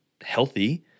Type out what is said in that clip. healthy